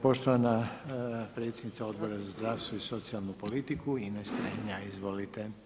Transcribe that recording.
Poštovana predsjednica Odbora za zdravstvo i socijalnu politiku Ines Strenja, izvolite.